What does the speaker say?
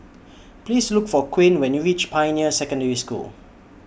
Please Look For Quinn when YOU REACH Pioneer Secondary School